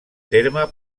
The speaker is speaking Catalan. terme